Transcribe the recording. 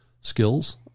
skills